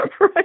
right